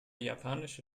japanische